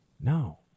no